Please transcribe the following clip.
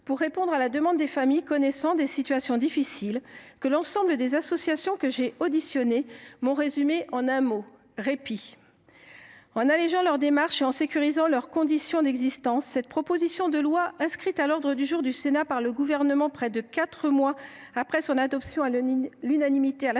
pour répondre à la demande de celles qui connaissent des situations difficiles, et que l’ensemble des associations que j’ai auditionnées m’ont résumée en un mot : répit. En allégeant leurs démarches et en sécurisant leurs conditions d’existence, cette proposition de loi, inscrite à l’ordre du jour du Sénat par le Gouvernement près de quatre mois après son adoption à l’unanimité par